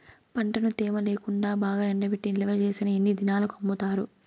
పంటను తేమ లేకుండా బాగా ఎండబెట్టి నిల్వచేసిన ఎన్ని దినాలకు అమ్ముతారు?